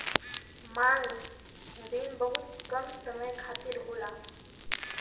मांग रिन बहुत कम समय खातिर होला